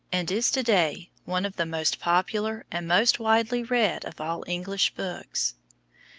and is to-day one of the most popular and most widely read of all english books.